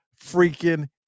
freaking